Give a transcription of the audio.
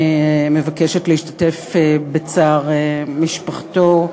אני מבקשת להשתתף בצער משפחתו,